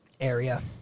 area